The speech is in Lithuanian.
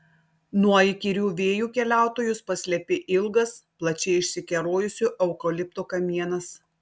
nuo įkyrių vėjų keliautojus paslėpė ilgas plačiai išsikerojusio eukalipto kamienas